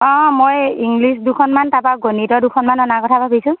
অঁ মই ইংলিছ দুখনমান তাৰপৰা গণিতৰ দুখনমান অনাৰ কথা ভাবিছোঁ